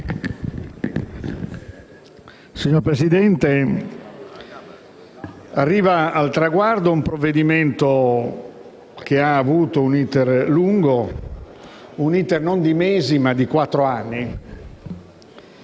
Signor Presidente, arriva al traguardo un provvedimento che ha avuto un *iter* lungo non mesi, ma quattro anni,